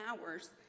hours